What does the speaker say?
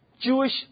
Jewish